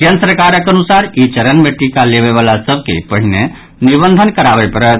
केन्द्र सरकारक अनुसार ई चरण मे टीका लेबयवला सभ के पहिने निबंधन कराबय पड़त